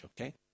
Okay